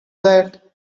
that